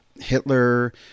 Hitler